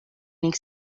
ning